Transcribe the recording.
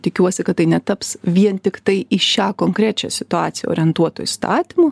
tikiuosi kad tai netaps vien tiktai į šią konkrečią situaciją orientuotu įstatymu